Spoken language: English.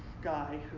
guy